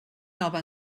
nova